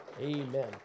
Amen